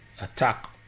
attack